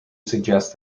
suggests